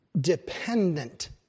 dependent